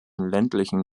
ländlichen